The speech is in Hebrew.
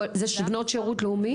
זה בנות שירות לאומי?